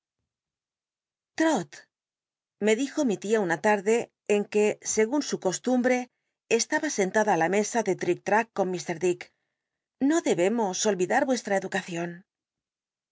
me dijo mi tia una larde en que segun su costumbre estaba sentado á la mesa de tlic trae con ir dick no debemos ohidar yuestra ed